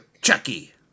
chucky